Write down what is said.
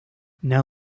now